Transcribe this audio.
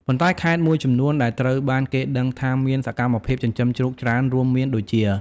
ប៉ុន្តែខេត្តមួយចំនួនដែលត្រូវបានគេដឹងថាមានសកម្មភាពចិញ្ចឹមជ្រូកច្រើនរួមមានដូចជា។